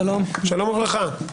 שלום וברכה.